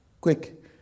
Quick